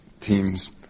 Teams